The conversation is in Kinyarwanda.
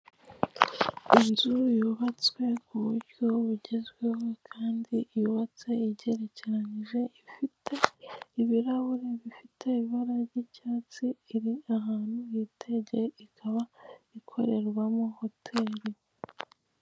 Inzu yubatswe kuburyo bugezweho kandi yubatse igerekeranyije, ifite ibirahuri bifite ibara ry'icyatsi iri ahantu hitegeye ikaba ikorerwamo hoteli.